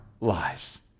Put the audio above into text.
lives